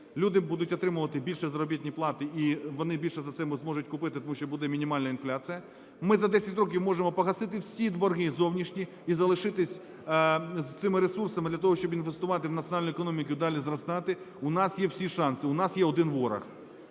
Люди будуть отримувати більші заробітні плати, і вони більше за це зможуть купити, тому що буде мінімальна інфляція. Ми за 10 років можемо погасити всі борги зовнішні і залишитися з цими ресурсами для того, щоб інвестувати в національну економіку і далі зростати. У нас є всі шанси. У нас є один ворог